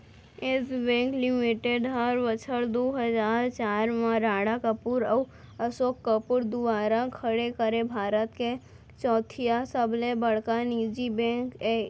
yes bank limited हर बछर दू हजार चार म राणा कपूर अउ असोक कपूर दुवारा खड़े करे भारत के चैथइया सबले बड़का निजी बेंक अय